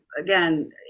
again